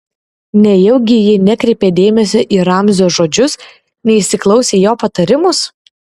nejaugi ji nekreipė dėmesio į ramzio žodžius neįsiklausė į jo patarimus